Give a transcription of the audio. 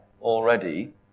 already